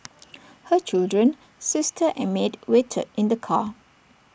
her children sister and maid waited in the car